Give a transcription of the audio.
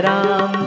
Ram